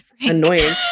annoying